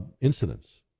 incidents